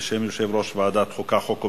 בשם יושב-ראש ועדת החוקה, חוק ומשפט.